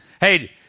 Hey